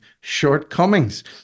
shortcomings